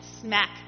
smack